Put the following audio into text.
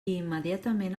immediatament